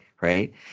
right